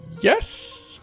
Yes